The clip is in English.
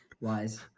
Wise